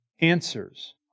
answers